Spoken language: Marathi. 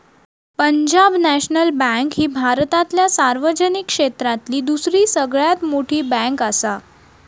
पंजाब नॅशनल बँक ही भारतातल्या सार्वजनिक क्षेत्रातली दुसरी सगळ्यात मोठी बँकआसा